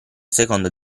seconda